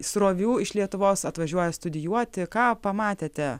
srovių iš lietuvos atvažiuoja studijuoti ką pamatėte